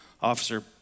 Officer